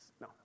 No